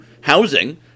housing